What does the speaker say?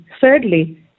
thirdly